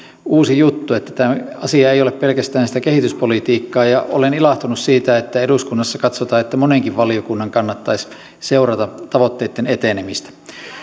uusi juttu että tämä asia ei ole pelkästään sitä kehityspolitiikkaa olen ilahtunut siitä että eduskunnassa katsotaan että monenkin valiokunnan kannattaisi seurata tavoitteitten etenemistä